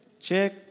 check